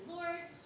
Lord